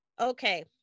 Okay